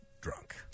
drunk